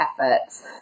efforts